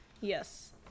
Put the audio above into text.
Yes